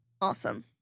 Awesome